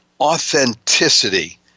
authenticity